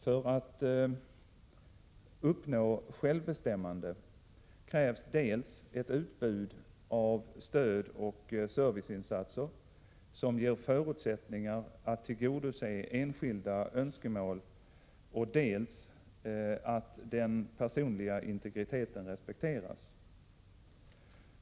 För att uppnå självbestämmande krävs dels ett utbud av stödoch serviceinsatser, som ger förutsättningar att tillgodose enskilda önskemål, dels ett respekterande av den personliga integriteten.